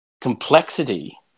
complexity